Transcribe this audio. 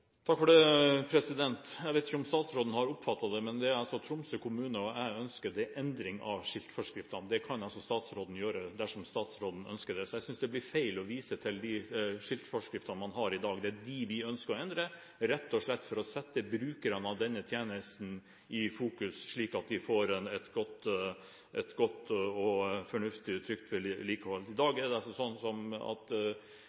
Jeg vet ikke om statsråden har oppfattet det, men det Tromsø kommune og jeg ønsker, er endring av skiltforskriftene. Den kan altså statsråden gjøre, dersom statsråden ønsker det. Jeg synes det blir feil å vise til de skiltforskriftene man har i dag. Det er dem vi ønsker å endre, rett og slett for å sette brukerne av denne tjenesten i fokus, slik at de får et godt, fornuftig og trygt vedlikehold. I